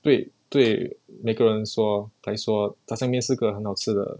对对每个人说该说炸酱面是个很好吃的